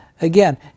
Again